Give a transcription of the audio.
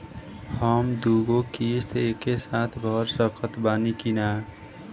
हम दु गो किश्त एके साथ भर सकत बानी की ना?